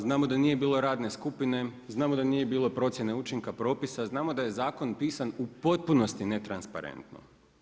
Znamo da nije bilo radne skupine, znamo da nije bilo ni procjene učinka propisa, znamo da je zakon pisan u potpunosti netransparentnost.